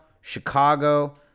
Chicago